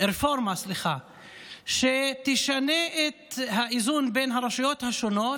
רפורמה שתשנה את האיזון בין הרשויות השונות,